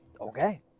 okay